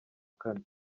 kane